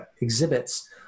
exhibits